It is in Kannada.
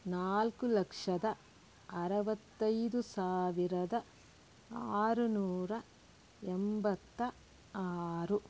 ನಾಲ್ಕು ಲಕ್ಷದ ಅರವತ್ತೈದು ಸಾವಿರದ ಆರುನೂರ ಎಂಬತ್ತ ಆರು